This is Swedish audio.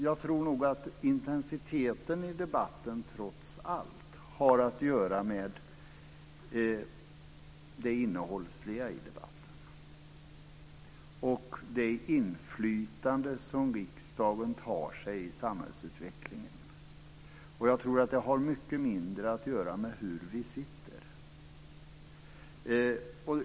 Jag tror nog att intensiteten i debatten trots allt har att göra med det innehållsliga och det inflytande som riksdagen tar sig i samhällsutvecklingen. Jag tror att det har mycket mindre att göra med hur vi sitter.